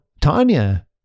Tanya